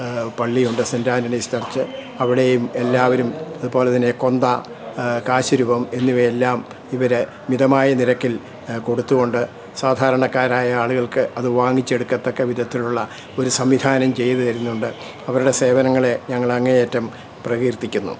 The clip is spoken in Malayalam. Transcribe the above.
പള്ളിയുണ്ട് സെൻ്റ് ആൻ്റണീസ് ചർച്ച് അവിടെയും എല്ലാവരും അതുപോലെ തന്നെ കൊന്ത കാശിരൂപം എന്നിവയെല്ലാം ഇവർ മിതമായ നിരക്കിൽ കൊടുത്തുകൊണ്ട് സാധാരണക്കാരായ ആളുകൾക്ക് അത് വാങ്ങിച്ചെടുക്കത്തക്ക വിധത്തിലുള്ള ഒരു സംവിധാനം ചെയ്തു തരുന്നുണ്ട് അവരുടെ സേവനങ്ങളെ ഞങ്ങൾ അങ്ങേയറ്റം പ്രകീർത്തിക്കുന്നു